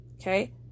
okay